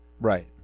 Right